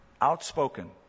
Outspoken